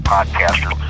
Podcaster